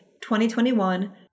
2021